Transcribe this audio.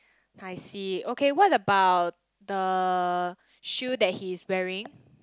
I see okay what about the shoe that he is wearing